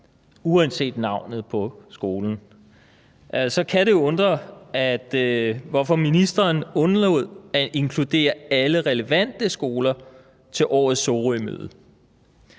uanset navnet på skolen, så kan det jo undre, hvorfor ministeren undlod at inkludere alle relevante skoler til årets Sorømøde.